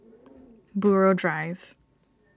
Buroh Drive